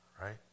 Right